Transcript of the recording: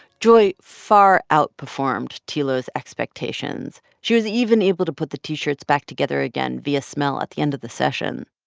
joy far outperformed tilo's expectations. she was even able to put the t-shirts back together again via smell at the end of the session.